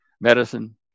medicine